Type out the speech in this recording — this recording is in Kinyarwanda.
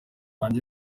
wanjye